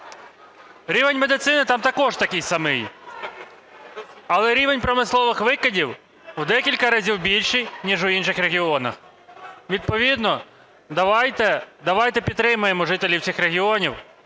Рівень медицини там також такий самий. Але рівень промислових викидів в декілька разів більший ніж у інших регіонах. Відповідно давайте підтримаємо жителів цих регіонів